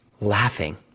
laughing